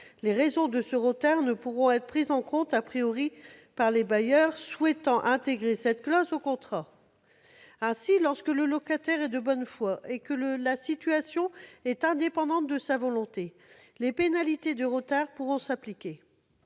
les raisons de ce retard ne pourront être prises en compte par les bailleurs souhaitant intégrer cette clause au contrat. Ainsi, lorsque le locataire est de bonne foi et que la situation est indépendante de sa volonté, des pénalités de retard pourront s'appliquer.